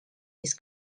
his